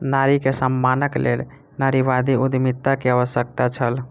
नारी के सम्मानक लेल नारीवादी उद्यमिता के आवश्यकता छल